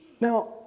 Now